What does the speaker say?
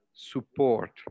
support